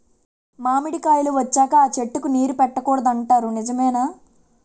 మామిడికాయలు వచ్చాక అ చెట్టుకి నీరు పెట్టకూడదు అంటారు నిజమేనా?